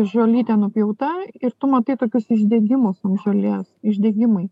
žolytė nupjauta ir tu matai tokius išdegimus žolės išdegimai